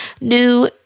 new